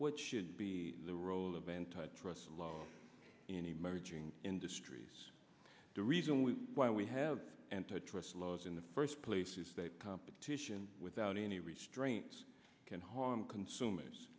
what should be the role of antitrust law in emerging industries the reason we why we have antitrust laws in the first place is that competition without any restraints can harm consumers